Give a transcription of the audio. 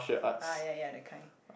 ah ya ya that kind